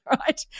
right